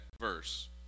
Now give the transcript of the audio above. verse